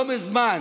לא מזמן